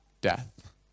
death